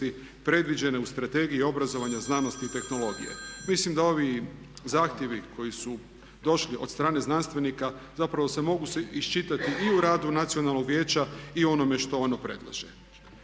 predviđene u Strategiji obrazovanja, znanosti i tehnologije. Mislim da ovi zahtjevi koji su došli od strane znanstvenika zapravo mogu se iščitati i u radu Nacionalnog vijeća i u onome što ono predlaže.